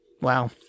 Wow